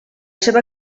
seva